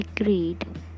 agreed